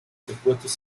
secuestros